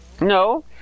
No